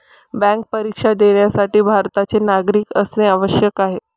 bank परीक्षा देण्यासाठी भारताचे नागरिक असणे आवश्यक आहे